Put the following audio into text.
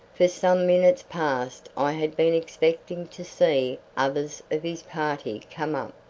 for some minutes past i had been expecting to see others of his party come up,